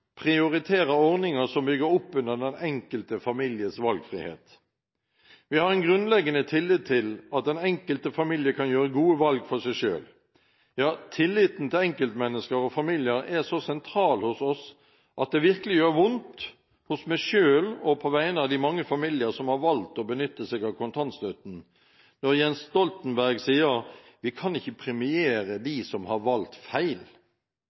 ordninger som bygger opp under den enkelte families valgfrihet. Vi har en grunnleggende tillit til at den enkelte familie kan gjøre gode valg for seg selv. Tilliten til enkeltmennesker og familier er så sentral hos oss at det virkelig gjør vondt – hos meg selv og på vegne av de mange familier som har valgt å benytte seg av kontantstøtten – når Jens Stoltenberg sier: Vi kan ikke premiere dem som har valgt feil.